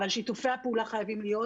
אבל שיתופי הפעולה חייבים להיות,